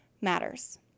matters